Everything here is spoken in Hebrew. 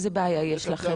איזה בעיה יש לכם?